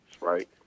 right